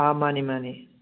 ꯑꯥ ꯃꯥꯅꯤ ꯃꯥꯅꯤ